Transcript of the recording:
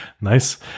nice